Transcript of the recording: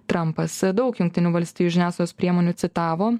trampas daug jungtinių valstijų žiniasklaidos priemonių citavo